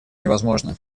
невозможно